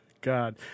God